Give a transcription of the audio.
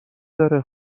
داره